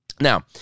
Now